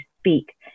speak